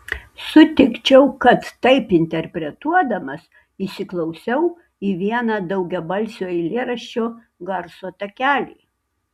sutikčiau kad taip interpretuodamas įsiklausiau į vieną daugiabalsio eilėraščio garso takelį